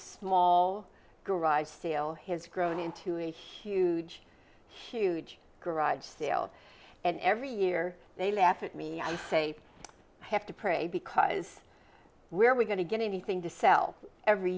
small garage sale has grown into a huge huge garage sale and every year they laugh at me and say i have to pray because where are we going to get anything to sell every